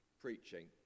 preaching